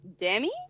Demi